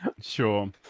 sure